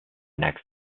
next